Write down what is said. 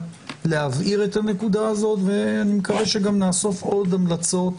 להבהיר את הנקודה הזו ואני מקווה שגם נאסוף עוד המלצות